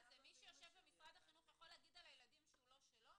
מי שיושב במשרד החינוך יכול להגיד על הילדים שהם לא שלו?